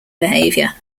behavior